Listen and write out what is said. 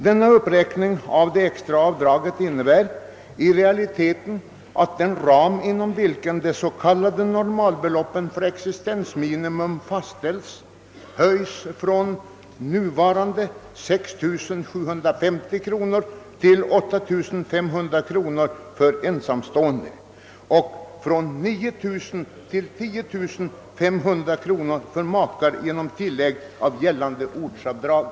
Denna uppräkning av det extra avdraget innebär i realiteten att den ram inom vilken de s.k. normalbeloppen för existensminimum fastställs höjs från nuvarande 6 750 kronor till 8500 kronor för ensamstående och från 9000 kronor till 10500 kronor för makar genom tillägg av gällande ortsavdrag.